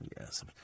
yes